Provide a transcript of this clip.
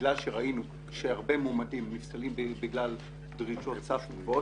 בגלל שראינו שהרבה מועמדים נפסלים בגלל דרישות סף גבוהות